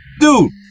Dude